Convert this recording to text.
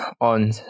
on